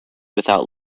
without